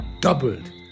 doubled